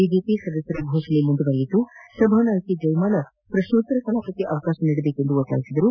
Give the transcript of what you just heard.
BJP ಸದಸ್ಯರ ಘೋಷಣೆ ಮುಂದುವರಿದಾಗ ಸಭಾನಾಯಕಿ ಜಯಮಾಲ ಪ್ರಶ್ನೋತ್ತರ ಕಲಾಪಕ್ಕೆ ಅವಕಾಶ ನೀಡಬೇಕೆಂದು ಒತ್ತಾಯಿಸಿದರು